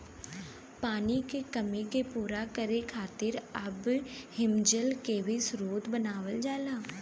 पानी के कमी के पूरा करे खातिर अब हिमजल के भी स्रोत बनावल जाला